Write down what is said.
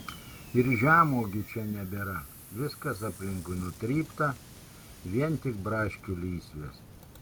ir žemuogių čia nebėra viskas aplinkui nutrypta vien tik braškių lysvės